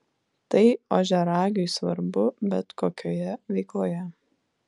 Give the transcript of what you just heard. tai ožiaragiui svarbu bet kokioje veikloje